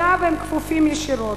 שאליו הם כפופים ישירות,